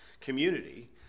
community